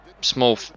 small